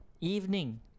evening